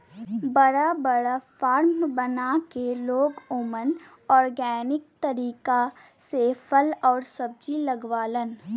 बड़ा बड़ा फार्म बना के लोग ओमन ऑर्गेनिक तरीका से फल आउर सब्जी उगावलन